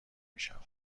میشود